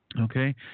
Okay